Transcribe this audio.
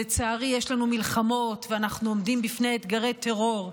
ולצערי יש לנו מלחמות ואנחנו עומדים בפני אתגרי טרור,